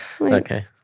Okay